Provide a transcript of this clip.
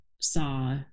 saw